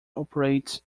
operates